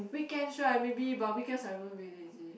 weekends right maybe but weekends I also very lazy